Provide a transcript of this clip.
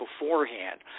beforehand